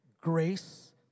Grace